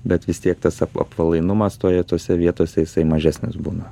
bet vis tiek tas ap apvalainumas toje tose vietose jisai mažesnis būna